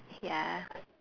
ya